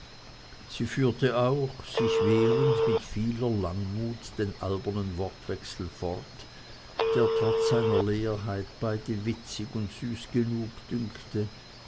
sie führte auch sich wehrend mit vieler langmut den albernen wortwechsel fort der trotz seiner leerheit beide witzig und süß genug dünkte